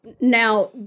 now